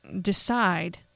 decide